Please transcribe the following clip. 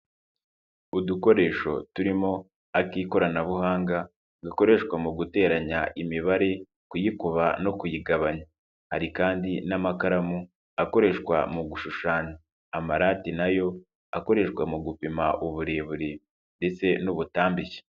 Udukoresho turimo ak'ikoranabuhanga gakoreshwa mu guteranya imibare, kuyikuba no kuyigabanya, hari kandi n'amakaramu akoreshwa mu gushushanya, amarati na yo akoreshwa mu gupima uburebure ndetse n'ubutambike.